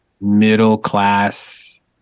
middle-class